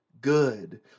good